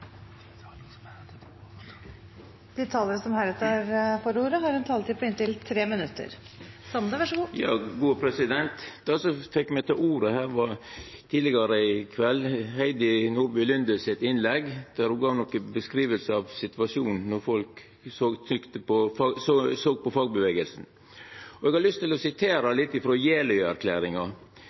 De talere som heretter får ordet, har en taletid på inntil 3 minutter. Det som fekk meg til å ta ordet her, var Heidi Nordby Lunde sitt innlegg tidlegare i kveld, der ho gav nokre beskrivingar av situasjonen når folk såg på fagbevegelsen. Eg har lyst til å sitera litt